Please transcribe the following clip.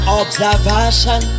observation